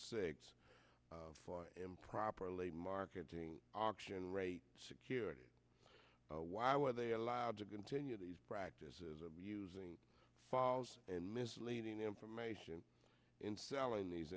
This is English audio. six for improperly my marketing auction rate securities why were they allowed to continue these practices of using false and misleading information in selling these